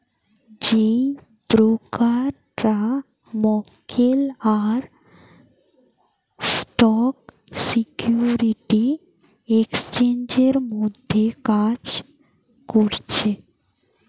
যেই ব্রোকাররা মক্কেল আর স্টক সিকিউরিটি এক্সচেঞ্জের মধ্যে কাজ করছে